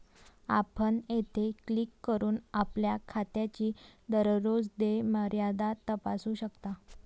आपण येथे क्लिक करून आपल्या खात्याची दररोज देय मर्यादा तपासू शकता